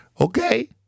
Okay